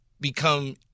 become